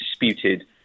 disputed